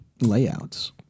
layouts